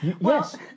yes